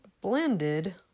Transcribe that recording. blended